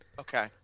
Okay